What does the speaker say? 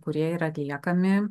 kurie yra atliekami